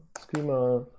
schema,